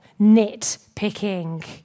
nitpicking